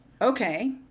okay